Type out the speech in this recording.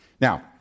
Now